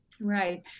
Right